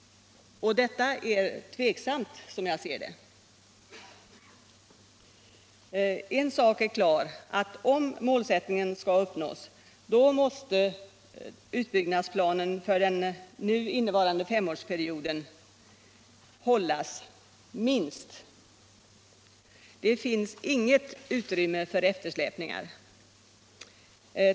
Detta är tveksamt. En sak är klar: om målsättningen skall uppnås måste utbyggnadsplanen för den innevarande femårsperioden hållas — minst. Det finns inget utrymme för eftersläpningar.